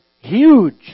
huge